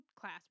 class